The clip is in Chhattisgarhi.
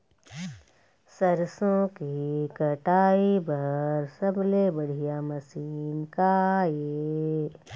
सरसों के कटाई बर सबले बढ़िया मशीन का ये?